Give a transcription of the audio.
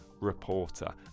reporter